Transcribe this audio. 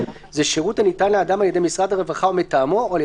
זה שירות הניתן לאדם על ידי משרד הרווחה או מטעמו או על